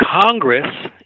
Congress